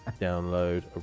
download